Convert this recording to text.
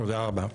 תודה רבה.